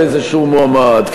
על איזשהו מועמד,